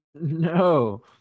No